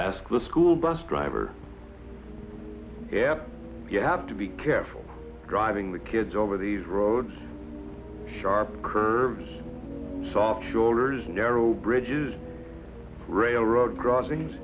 ask the school bus driver yeah you have to be careful driving the kids over these roads sharp curves soft shorter's narrow bridges railroad crossings